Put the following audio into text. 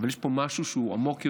אבל יש פה משהו שהוא עמוק יותר,